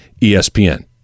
ESPN